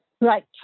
Right